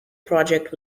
project